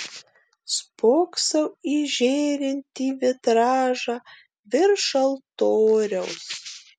spoksau į žėrintį vitražą virš altoriaus